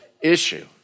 issue